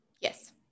Yes